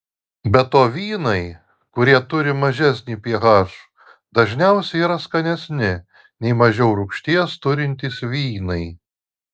be to vynai kurie turi mažesnį ph dažniausiai yra skanesni nei mažiau rūgšties turintys vynai